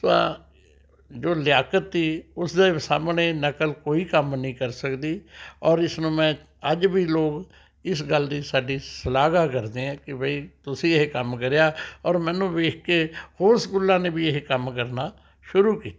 ਤਾਂ ਜੋ ਲਿਆਕਤ ਤੀ ਉਸਦੇ ਸਾਹਮਣੇ ਨਕਲ ਕੋਈ ਕੰਮ ਨਹੀਂ ਕਰ ਸਕਦੀ ਔਰ ਇਸਨੂੰ ਮੈਂ ਅੱਜ ਵੀ ਲੋਕ ਇਸ ਗੱਲ ਦੀ ਸਾਡੀ ਸ਼ਲਾਘਾ ਕਰਦੇ ਹੈ ਕਿ ਬਈ ਤੁਸੀਂ ਇਹ ਕੰਮ ਕਰਿਆ ਔਰ ਮੈਨੂੰ ਵੇਖ ਕੇ ਹੋਰ ਸਕੂਲਾਂ ਨੇ ਵੀ ਇਹ ਕੰਮ ਕਰਨਾ ਸ਼ੁਰੂ ਕੀਤਾ